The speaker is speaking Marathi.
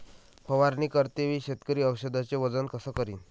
फवारणी करते वेळी शेतकरी औषधचे वजन कस करीन?